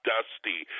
Dusty